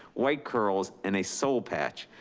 white curls, and a soul patch.